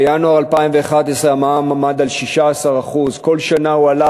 בינואר 2011 המע"מ עמד על 16%. בכל שנה הוא עלה